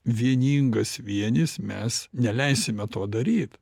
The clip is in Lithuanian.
vieningas vienis mes neleisime to daryt